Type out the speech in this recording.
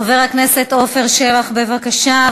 חבר הכנסת עפר שלח, בבקשה.